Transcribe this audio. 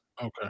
Okay